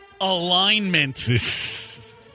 Alignment